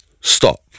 stop